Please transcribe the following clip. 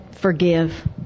forgive